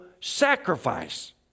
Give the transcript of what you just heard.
sacrifice